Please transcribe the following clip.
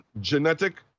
genetic